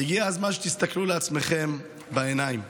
והגיע הזמן שתסתכלו על עצמכם במראה.